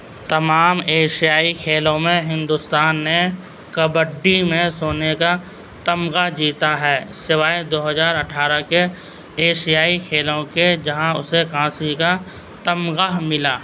تمام ایشیائی کھیلوں میں ہندوستان نے کبڈی میں سونے کا تمغہ جیتا ہے سوائے دو ہزار اٹھارہ کے ایشیائی کھیلوں کے جہاں اسے کانسی کا تمغہ ملا